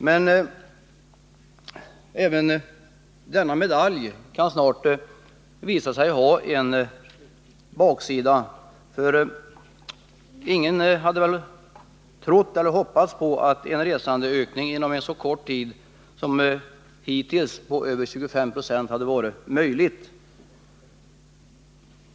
Men även denna medalj kan visa sig ha en baksida. Ingen hade väl trott och hoppats på att en resandeökning inom så kort tid som hittills på över 25 20 hade varit möjlig.